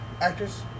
actors